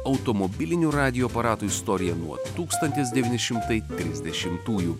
automobilinių radijo aparatų istorija nuo tūkstantis devyni šimtai trisdešimtųjų